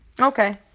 Okay